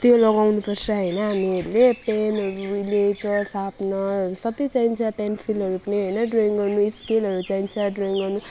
त्यो लगाउनुपर्छ होइन हामीहरूले पेनहरूलाई चक सार्पनरहरू सबै चाहिन्छ पेन्सिलहरू पनि होइन ड्रइङ गर्नु स्केलहरू चाहिन्छ ड्रइङ गर्नु